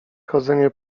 chodzenie